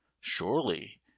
Surely